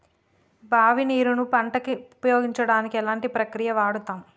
బావి నీరు ను పంట కు ఉపయోగించడానికి ఎలాంటి ప్రక్రియ వాడుతం?